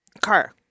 Car